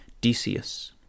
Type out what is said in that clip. Decius